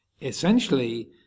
Essentially